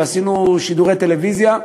ועשינו שידורי טלוויזיה,